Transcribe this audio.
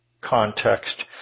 context